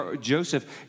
Joseph